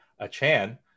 Achan